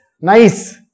nice